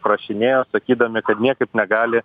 prašinėjo sakydami kad niekaip negali